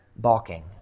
balking